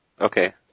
Okay